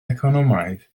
economaidd